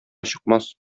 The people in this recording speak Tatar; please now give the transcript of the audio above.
чыкмас